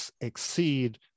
exceed